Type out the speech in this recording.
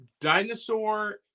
dinosaur